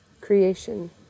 Creation